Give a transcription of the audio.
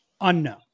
Unknown